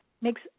makes